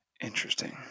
Interesting